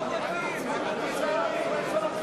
ביזיון.